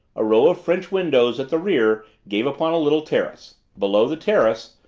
a row of french windows at the rear gave upon a little terrace below the terrace,